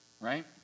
Right